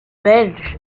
belges